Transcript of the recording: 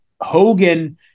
Hogan